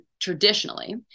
Traditionally